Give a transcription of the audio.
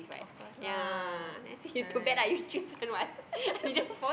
of course lah correct